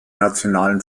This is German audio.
nationalen